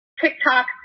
TikTok